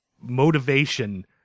motivation